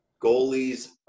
goalies